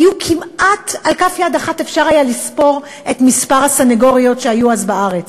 על אצבעות כף יד אחת היה אפשר לספור את הסנגוריות שהיו אז בארץ.